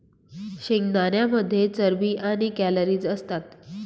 शेंगदाण्यांमध्ये चरबी आणि कॅलरीज असतात